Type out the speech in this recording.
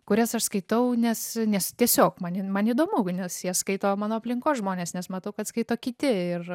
kurias aš skaitau nes nes tiesiog manin man įdomu nes jas skaito mano aplinkos žmonės nes matau kad skaito kiti ir